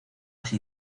sin